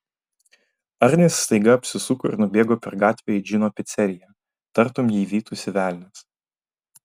arnis staiga apsisuko ir nubėgo per gatvę į džino piceriją tartum jį vytųsi velnias